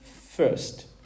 first